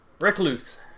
Recluse